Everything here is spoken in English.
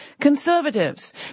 conservatives